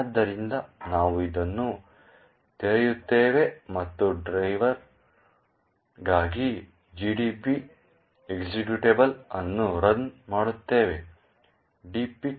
ಆದ್ದರಿಂದ ನಾವು ಇದನ್ನು ತೆರೆಯುತ್ತೇವೆ ಮತ್ತು ಡ್ರೈವರ್ಗಾಗಿ ಜಿಡಿಬಿ ಎಕ್ಸಿಕ್ಯೂಟಬಲ್ ಅನ್ನು ರನ್ ಮಾಡುತ್ತೇವೆ dpic